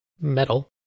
metal